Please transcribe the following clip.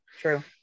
true